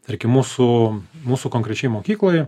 tarkim mūsų mūsų konkrečiai mokykloj